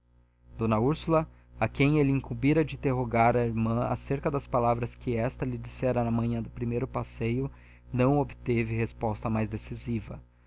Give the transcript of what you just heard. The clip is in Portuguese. d úrsula a quem ele incumbira de interrogar a irmã acerca das palavras que esta lhe dissera na manhã do primeiro passeio não obteve resposta mais decisiva